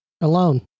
alone